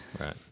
Right